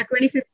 2015